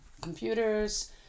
computers